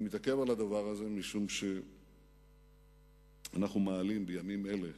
אני מתעכב על הדבר הזה משום שאנחנו מעלים בימים אלה